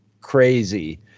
crazy